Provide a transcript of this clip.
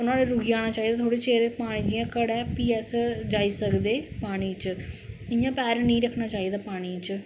नुआडे च रुकी जाना चाहिदा थोह्डे़ चिर पानी जियां घटै फ्ही अस जाई सकदे पानी च इयां पैर नेई रक्खना चाहिदा पानी च